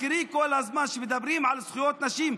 תזכרי כל הזמן שכשמדברים על זכויות נשים,